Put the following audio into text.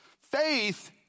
faith